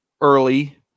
early